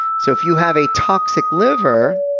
so if you have a toxic liver,